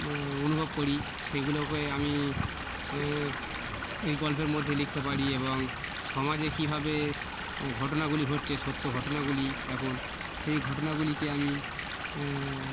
অনুভব করি সেইগুলোকে আমি এই গল্পের মধ্যে লিখতে পারি এবং সমাজে কীভাবে ঘটনাগুলি ঘটছে সত্য ঘটনাগুলি এখন সেই ঘটনাগুলিকে আমি